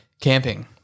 Camping